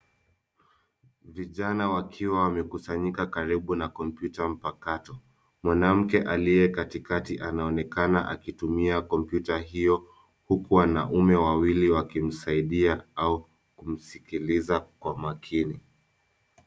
Vijana wakiwa wamekusanyika karibu na kompyuta mpakato. Mwanamke aliye katikati anaonekana akitumia kompyuta hio huku wanaume wawili wakimsaidia au kumsikiliza kwa makini.